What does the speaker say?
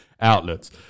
outlets